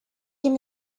give